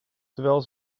terwijl